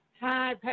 Hi